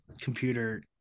computer